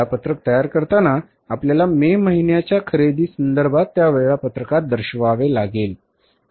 वेळापत्रक तयार करताना आपल्याला मे महिन्याच्या खरेदीसंदर्भात त्या वेळापत्रकात दर्शवावे लागेल